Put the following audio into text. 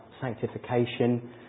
sanctification